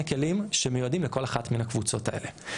כלים שמיועדים לכל אחת מן הקבוצות האלה,